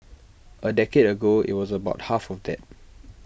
A decade ago IT was about half of that